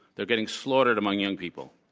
they're getting slaughtered among young people.